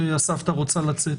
שהסבתא רוצה לצאת.